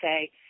say